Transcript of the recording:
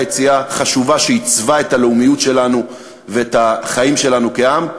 יציאה חשובה שעיצבה את הלאומיות שלנו ואת החיים שלנו כעם,